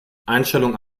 einstellungen